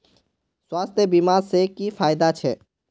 स्वास्थ्य बीमा से की की फायदा छे?